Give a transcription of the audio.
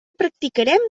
practicarem